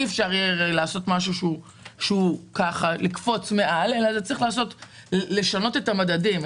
אי אפשר יהיה לקפוץ מעל אלא צריך לשנות את המדדים,